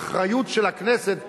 האחריות של הכנסת והממשל.